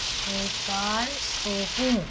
स्वीकार स्रूतों